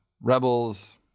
Rebels